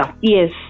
Yes